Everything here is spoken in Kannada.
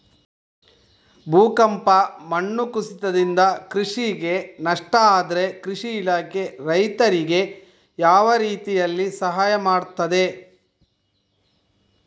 ಭೂಕಂಪ, ಮಣ್ಣು ಕುಸಿತದಿಂದ ಕೃಷಿಗೆ ನಷ್ಟ ಆದ್ರೆ ಕೃಷಿ ಇಲಾಖೆ ರೈತರಿಗೆ ಯಾವ ರೀತಿಯಲ್ಲಿ ಸಹಾಯ ಮಾಡ್ತದೆ?